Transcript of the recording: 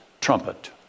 trumpet